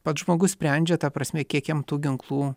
pats žmogus sprendžia ta prasme kiek jam tų ginklų